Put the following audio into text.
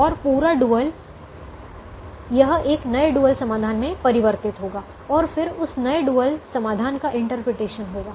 और पूरा डुअल यह एक नए डुअल समाधान में परिवर्तित होगा और फिर उस नए डुअल समाधान का इंटरप्रिटेशन होगा